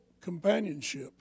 companionship